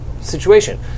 situation